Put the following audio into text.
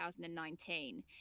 2019